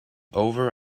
over